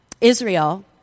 Israel